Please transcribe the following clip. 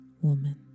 woman